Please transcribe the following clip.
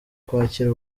kwakira